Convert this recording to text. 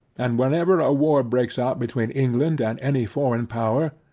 and whenever a war breaks out between england and any foreign power,